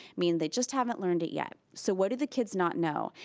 meaning they just haven't learned it yet. so what do the kids not know?